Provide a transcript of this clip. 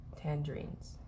tangerines